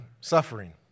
suffering